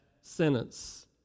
sentence